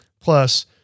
Plus